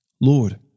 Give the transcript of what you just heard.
Lord